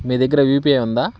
మీ దగ్గర యూపిఐ ఉందా